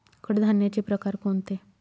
कडधान्याचे प्रकार कोणते?